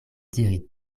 diri